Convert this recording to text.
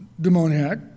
demoniac